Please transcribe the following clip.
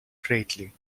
greatly